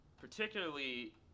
particularly